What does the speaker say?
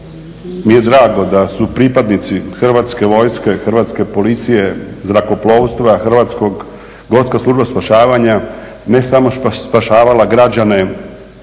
mi je drago da su pripadnici Hrvatske vojske, Hrvatske policije, zrakoplovstva hrvatskog, Gorska služba spašavanje, ne samo spašavala građane